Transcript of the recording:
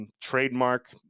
trademark